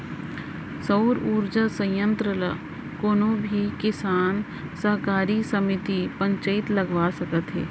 सउर उरजा संयत्र ल कोनो भी किसान, सहकारी समिति, पंचईत लगवा सकत हे